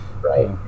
Right